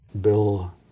Bill